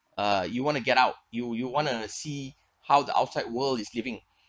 uh you want to get out you you want to see how the outside world is living